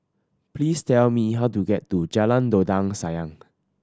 please tell me how to get to Jalan Dondang Sayang